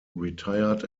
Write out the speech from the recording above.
retired